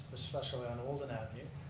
especially on olden avenue,